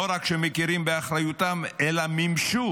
לא רק שמכירים באחריותם, אלא מימשו